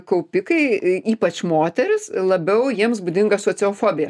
kaupikai ypač moterys labiau jiems būdinga sociofobija